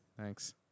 Thanks